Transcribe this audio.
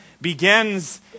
begins